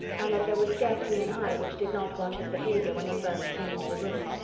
and that there was scarcely an eye which did not watch his behaviour when he first came into the room.